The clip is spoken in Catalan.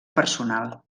personal